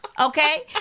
Okay